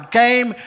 came